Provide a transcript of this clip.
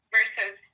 Versus